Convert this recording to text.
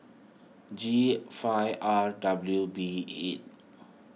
G five R W B eight